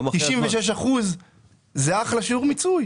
96% זה אחלה שיעור מיצוי.